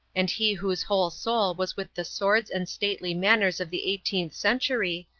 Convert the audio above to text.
and he whose whole soul was with the swords and stately manners of the eighteenth century,